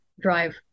drive